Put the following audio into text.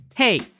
Hey